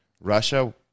Russia